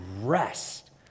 rest